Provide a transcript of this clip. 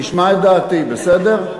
תשמע את דעתי, בסדר?